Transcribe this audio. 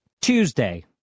Tuesday